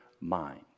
mind